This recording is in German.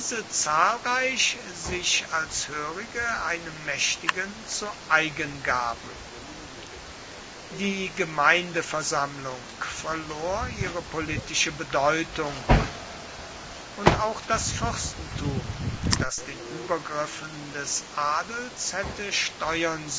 zahlreich sich als hörige einem mächtigen zu eigen gaben die gemeindeversammlung verlor ihre politische bedeutung und auch das fürstentum das den übergriffen des adels hätte steuern